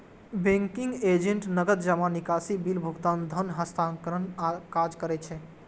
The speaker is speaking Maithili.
बैंकिंग एजेंट नकद जमा, निकासी, बिल भुगतान, धन हस्तांतरणक काज करै छै